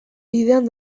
bidean